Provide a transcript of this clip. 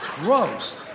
gross